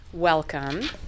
Welcome